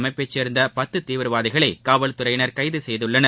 அமைப்பையை சேர்ந்த பத்து தீவிரவாதிகளை காவல்துறையினர் கைது செய்துள்ளனர்